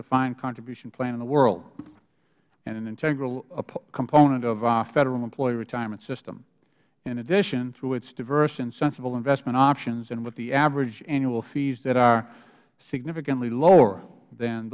defined contribution plan in the world and an integral component of our federal employee retirement system in addition through its diverse and sensible investment options and with the average annual fees that are significantly lower than